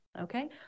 Okay